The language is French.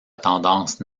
tendance